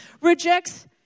rejects